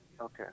Okay